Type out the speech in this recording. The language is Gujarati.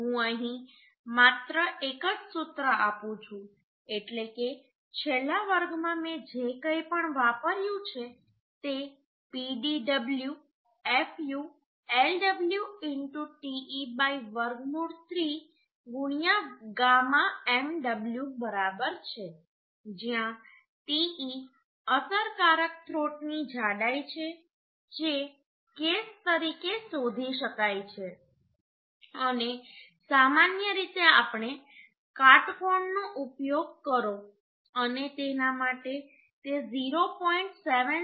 હું અહીં માત્ર એક જ સૂત્ર આપું છું એટલે કે છેલ્લા વર્ગમાં મેં જે કંઈપણ વાપર્યું છે તે Pdw fu Lw te વર્ગમૂળ 3 γ mw બરાબર છે જ્યાં te અસરકારક થ્રોટની જાડાઈ છે જે કેસ તરીકે શોધી શકાય છે અને સામાન્ય રીતે આપણે કાટકોણનો ઉપયોગ કરો અને તેના માટે તે 0